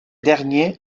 derniers